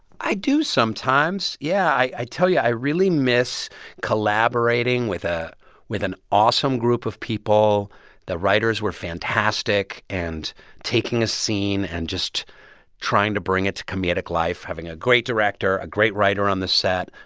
i do sometimes. yeah, i tell you i really miss collaborating with ah with an awesome group of people the writers were fantastic and taking a scene and just trying to bring it to comedic life, having a great director, a great writer on the set,